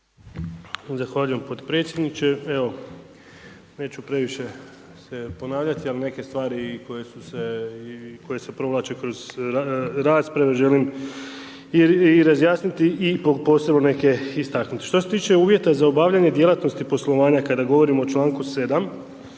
Zahvaljujem potpredsjedniče. Evo, neću previše ponavljati, ali neke stvari koje se provlače kroz rasprave želim razjasniti i posebno neke istaknuti. Što se tiče uvjeta za obavljanje djelatnosti poslovanja, kada govorim o čl. 7.